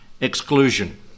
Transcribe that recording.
exclusion